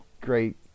great